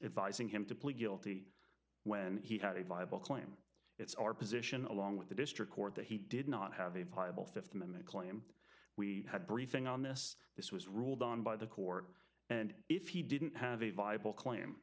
advising him to plead guilty when he had a viable claim it's our position along with the district court that he did not have a viable fifth amendment claim we had briefing on this this was ruled on by the court and if he didn't have a viable claim